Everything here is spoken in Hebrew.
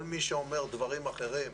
כל מי שאומר דברים אחרים,